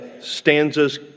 stanzas